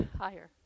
higher